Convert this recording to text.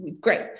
great